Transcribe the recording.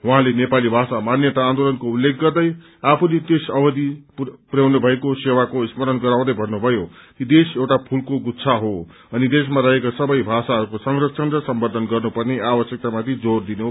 उहाँले नेपाली भाषा मान्यता आन्दोलनको उल्लेख गर्दै आफूले त्यस अवधि पुरयाउनु भएको सेवाको स्मरण गराउँदै भन्नुभयो कि देश एउटा फूलको गुच्छा हो अनि देशमा रहेका सबै भाषाहरूको संरक्षण र सम्बर्डन गर्नु पर्ने आवश्यकता माथि जोर दिनुभयो